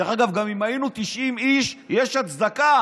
דרך אגב, גם אם היינו 90 איש, יש הצדקה.